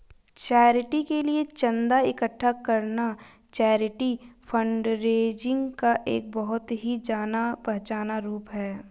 charity के लिए चंदा इकट्ठा करना चैरिटी फंडरेजिंग का एक बहुत ही जाना पहचाना रूप है